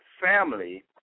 family